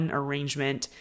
arrangement